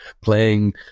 playing